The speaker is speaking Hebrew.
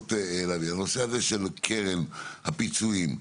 לנושא של קרן הפיצויים.